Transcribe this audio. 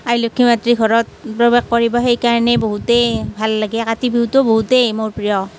আই লক্ষী মাতৃ ঘৰত প্ৰৱেশ কৰিব সেইকাৰণেই বহুতেই ভাল লাগে কাতি বিহুটো বহুতেই মোৰ প্ৰিয়